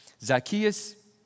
Zacchaeus